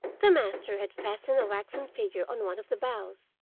the master had fastened a waxen figure on one of the boughs.